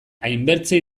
hainbertze